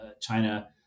china